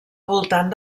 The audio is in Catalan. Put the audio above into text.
voltant